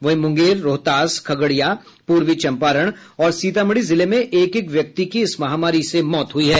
वहीं मुंगेर रोहतास खगड़िया पूर्वी चंपारण और सीतामढ़ी जिले में एक एक व्यक्ति की इस महामारी से मौत हुई है